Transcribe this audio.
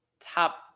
top